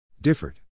differed